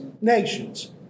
nations